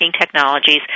technologies